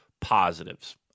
positives